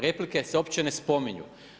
Replike se uopće ne spominju.